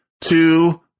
two